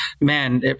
man